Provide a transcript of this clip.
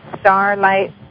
starlight